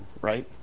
right